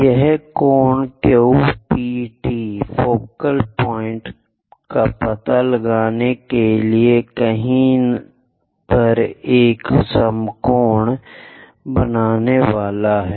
यह Q P T focal point का पता लगाने के लिए कहीं पर एक समान कोण बनाने वाला है